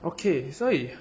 okay 所以